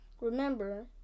Remember